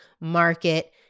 market